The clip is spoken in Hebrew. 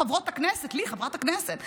חברות הכנסת,